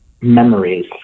memories